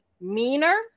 meaner